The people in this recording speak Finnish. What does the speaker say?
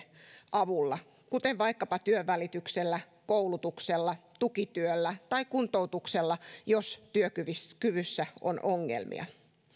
avulla kuten vaikkapa työnvälityksellä koulutuksella tukityöllä tai kuntoutuksella jos työkyvyssä on ongelmia